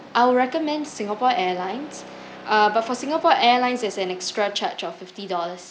I will recommend singapore airlines uh but for singapore airlines there's an extra charge of fifty dollars